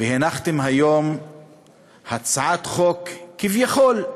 והנחתם היום הצעת חוק, כביכול,